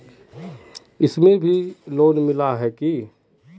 इसमें भी लोन मिला है की